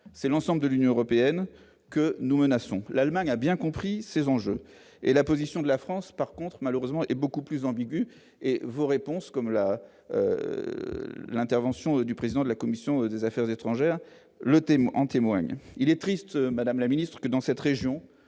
c'est l'ensemble de l'Union européenne que nous menaçons l'Allemagne a bien compris ces enjeux et la position de la France par contre malheureusement est beaucoup plus ambigu et vos réponses comme la l'intervention du président de la commission des Affaires étrangères, le thème en témoigne : il est triste, madame la ministre, que dans cette région,